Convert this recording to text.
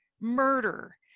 murder